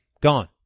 gone